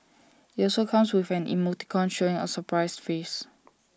IT also comes with an emoticon showing A surprised face